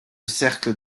cercle